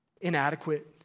inadequate